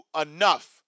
enough